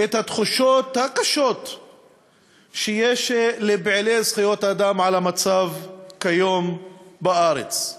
את התחושות הקשות שיש לפעילי זכויות האדם לגבי המצב בארץ כיום.